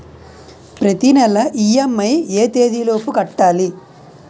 ప్రతినెల ఇ.ఎం.ఐ ఎ తేదీ లోపు కట్టాలి?